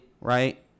right